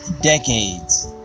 decades